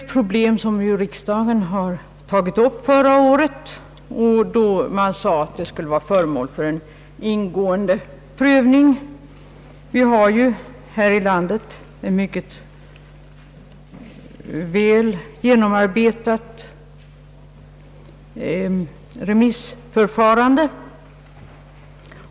Riksdagen tog ju upp problemet förra året och sade då att det borde bli föremål för en ingående prövning. Här i landet har vi ett mycket väl genomarbetat remissförfarande.